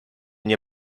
nie